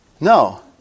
No